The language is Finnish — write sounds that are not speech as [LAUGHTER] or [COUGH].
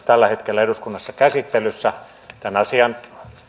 [UNINTELLIGIBLE] tällä hetkellä eduskunnassa käsittelyssä tämän asian